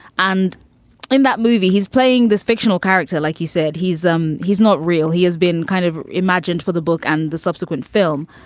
and in that movie, he's playing this fictional character. like you said, he's, um. he's not real. he has been kind of imagined for the book and the subsequent film.